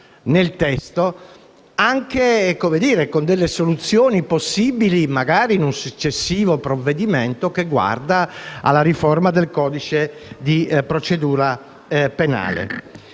nel testo anche con delle soluzioni possibili, magari in un successivo provvedimento che guardi alla riforma del codice di procedura penale.